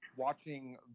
watching